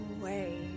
away